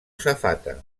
safata